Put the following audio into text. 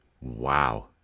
Wow